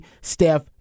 Steph